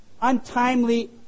untimely